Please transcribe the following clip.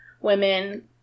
women